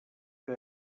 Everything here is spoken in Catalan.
que